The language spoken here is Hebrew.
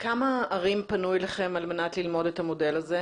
כמה ערים פנו אליכם על מנת ללמוד את המודל הזה?